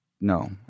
No